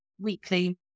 Weekly